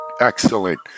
Excellent